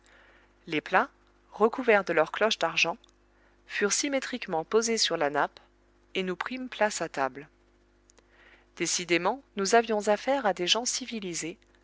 les plats recouverts de leur cloche d'argent furent symétriquement posés sur la nappe et nous prîmes place à table décidément nous avions affaire à des gens civilisés